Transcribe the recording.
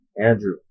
Andrew